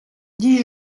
dis